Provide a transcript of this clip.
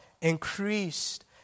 increased